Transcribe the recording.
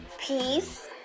peace